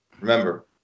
Remember